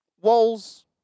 walls